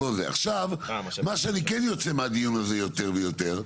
עכשיו, מה שאני כן יוצא מהדיון הזה יותר ויותר,